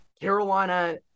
Carolina